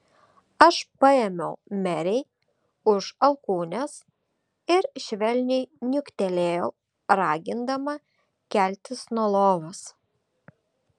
aš paėmiau merei už alkūnės ir švelniai niuktelėjau ragindama keltis nuo lovos